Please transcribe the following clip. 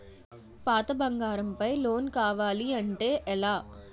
పాత బంగారం పై లోన్ కావాలి అంటే ఎలా?